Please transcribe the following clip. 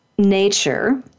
nature